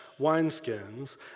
wineskins